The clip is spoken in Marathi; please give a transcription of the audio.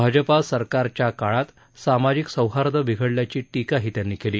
भाजपा सरकारच्या काळात सामाजिक सौहार्द बिघडल्याची टीकाही त्यांनी केली